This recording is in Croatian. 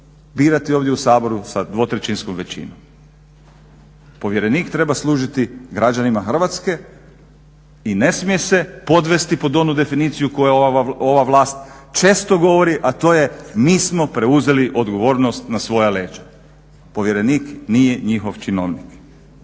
birati ovdje u Saboru sa dvotrećinskom većinom. Povjerenik treba služiti građanima Hrvatske i ne smije se podvesti pod onu definiciju koja ova vlast često govori, a to je mi smo preuzeli odgovornost na svoja leđa. Povjerenik nije njihov činovnik.